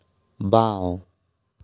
বাওঁ